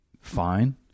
fine